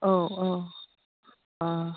औ औ अ